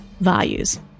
values